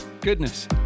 goodness